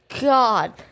God